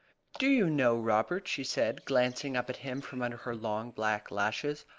do you know, robert, she said, glancing up at him from under her long black lashes,